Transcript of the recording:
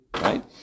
right